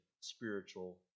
spiritual